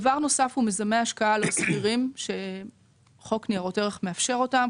דבר נוסף הוא מיזמי השקעה לשכירים שחוק ניירות ערך מאפשר אותם.